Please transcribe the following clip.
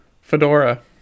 Fedora